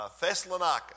Thessalonica